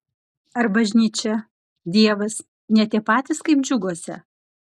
ar bažnyčia dievas ne tie patys kaip džiuguose